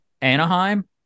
anaheim